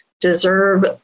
deserve